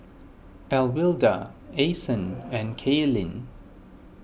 Alwilda Ason and Cailyn